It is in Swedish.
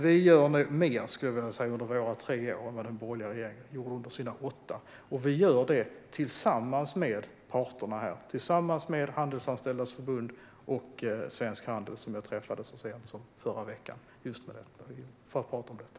Vi gör nog mer under våra hittills tre år än vad den borgerliga regeringen gjorde under sina åtta, och vi gör det tillsammans med parterna. Jag träffade som sagt Handelsanställdas Förbund och Svensk Handel så sent som i förra veckan just för att prata om detta.